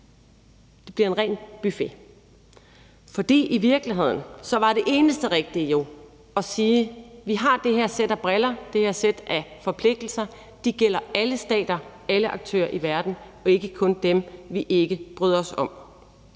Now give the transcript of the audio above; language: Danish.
det bliver en ren buffet, for i virkeligheden var det eneste rigtige jo at sige: Vi har det her sæt af briller, det her sæt af forpligtelser, og de gælder alle stater, alle aktører i verden og ikke kun dem, vi ikke bryder os om.